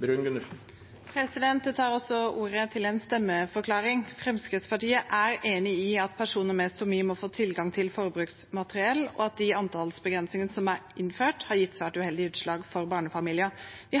komité. Jeg tar også ordet til en stemmeforklaring. Fremskrittspartiet er enig i at personer med stomi må få tilgang til forbruksmateriell, og at de antallsbegrensningene som er innført, har gitt svært uheldige utslag for barnefamilier. De siste